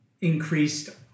increased